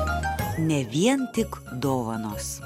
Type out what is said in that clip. ne vien tik dovanos